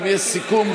יש גם סיכום,